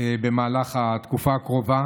במהלך התקופה הקרובה.